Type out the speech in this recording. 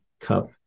cup